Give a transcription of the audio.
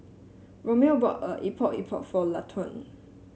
Romeo bought a Epok Epok for Laquan